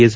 S